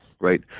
right